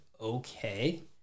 okay